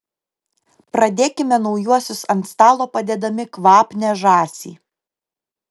pradėkime naujuosius ant stalo padėdami kvapnią žąsį